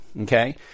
Okay